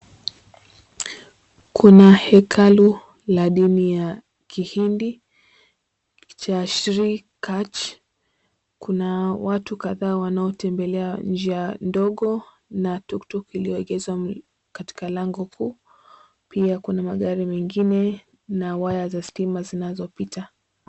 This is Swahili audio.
Kuna hekalu la dini ya kihindi cha Shree Kache, kuna watu kadhaa wanatembea njia ndogo na tuktuk iliyoegezwa katika lango kuu, pia kuna magari mengine na waya za stima zinazopita.